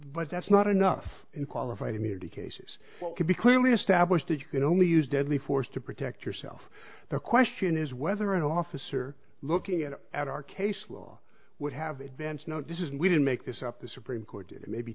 but that's not enough qualified immunity cases can be clearly established that you can only use deadly force to protect yourself the question is whether an officer looking at our case law would have advance notice is we didn't make this up the supreme court did it may be